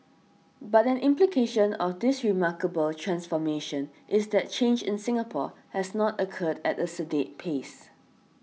but an implication of this remarkable transformation is that change in Singapore has not occurred at a sedate pace